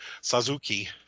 Suzuki